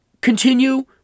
Continue